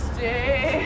Stay